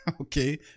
Okay